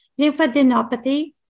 lymphadenopathy